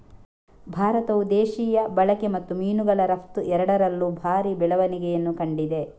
ಭಾರತವು ದೇಶೀಯ ಬಳಕೆ ಮತ್ತು ಮೀನುಗಳ ರಫ್ತು ಎರಡರಲ್ಲೂ ಭಾರಿ ಬೆಳವಣಿಗೆಯನ್ನು ಕಂಡಿದೆ